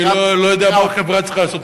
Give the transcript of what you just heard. אני לא יודע מה עוד החברה צריכה לעשות.